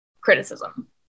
criticism